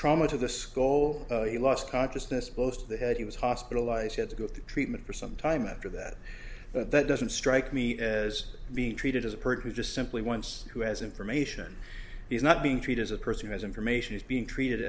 trauma to the skull he lost consciousness most of the head he was hospitalized had to go to treatment for some time after that but that doesn't strike me as being treated as a person who just simply once who has information he's not being treated as a person who has information is being treated